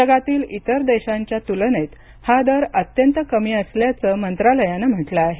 जगातील इतर देशांच्या तुलनेत हा दर अत्यंत कमी असल्याचं मंत्रालयानं म्हटलं आहे